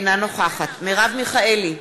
אינה נוכחת מרב מיכאלי,